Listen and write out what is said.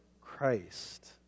Christ